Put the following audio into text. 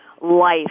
life